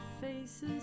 faces